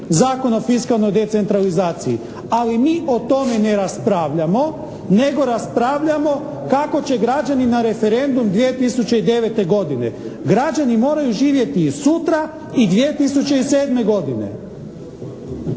Zakon o fiskalnoj decentralizaciji, ali mi o tome ne raspravljamo nego raspravljamo kako će građani na referendum 2009. godine. Građani moraju živjeti i sutra i 2007. godine.